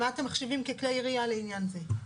מה אתם מחשיבים ככלי ירייה לעניין זה?